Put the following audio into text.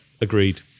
agreed